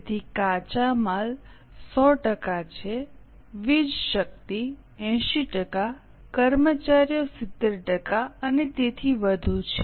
તેથી કાચા માલ 100 ટકા છે વીજ શક્તિ 80 ટકા કર્મચારીઓ 70 ટકા અને તેથી વધુ છે